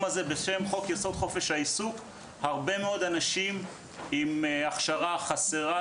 הזה הרבה מאוד אנשים עם הכשרה חסרה,